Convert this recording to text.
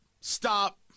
stop